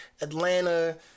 Atlanta